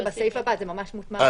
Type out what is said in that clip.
זה בסעיף הבא, זה ממש מוטמע.